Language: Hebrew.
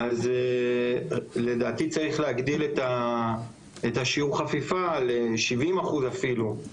אז לדעתי צריך להגדיל את השיעור חפיפה ל-70% אפילו.